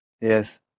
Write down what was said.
yes